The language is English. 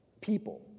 people